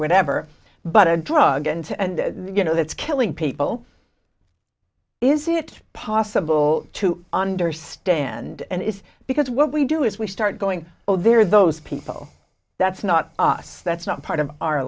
whatever but end drug and you know that's killing people is it possible to understand and it's because what we do is we start going there are those people that's not us that's not part of our